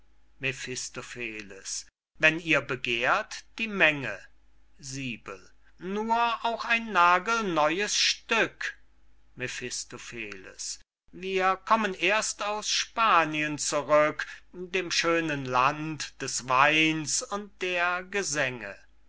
mephistopheles wenn ihr begehrt die menge nur auch ein nagelneues stück mephistopheles wir kommen erst aus spanien zurück dem schönen land des weins und der gesänge